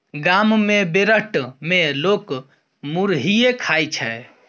गाम मे बेरहट मे लोक मुरहीये खाइ छै